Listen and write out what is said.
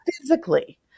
physically